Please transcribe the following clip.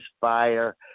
fire